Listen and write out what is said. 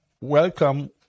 Welcome